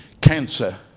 cancer